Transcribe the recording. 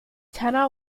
tana